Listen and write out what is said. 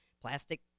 plastic